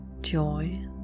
joy